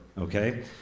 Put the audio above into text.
Okay